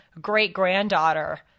great-granddaughter